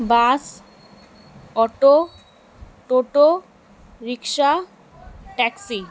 bus auto toto rickshaw taxi